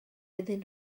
iddyn